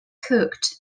cooked